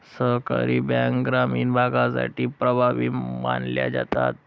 सहकारी बँका ग्रामीण भागासाठी प्रभावी मानल्या जातात